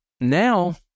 now